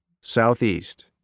Southeast